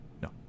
no